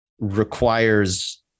requires